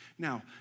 Now